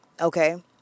okay